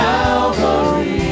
Calvary